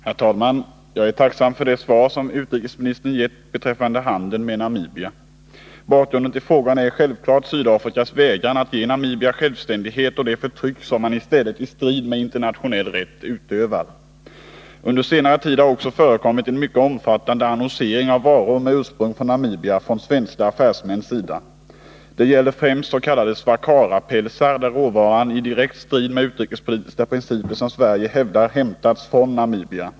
Herr talman! Jag är tacksam för det svar som utrikesministern gett beträffande handeln med Namibia. Bakgrunden till frågan är självfallet Sydafrikas vägran att ge Namibia självständighet och det förtryck som man i stället i strid med internationell rätt utövar. Under senare tid har också från svenska affärsmäns sida förekommit en mycket omfattande annonsering av varor med ursprung i Namibia. Det gäller främst s.k. swakarapälsar, där råvaran i direkt strid med utrikespolitiska principer som Sverige hävdar hämtats från Namibia.